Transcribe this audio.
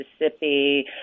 Mississippi